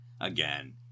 again